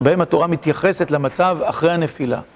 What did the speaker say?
בהם התורה מתייחסת למצב אחרי הנפילה.